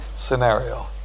scenario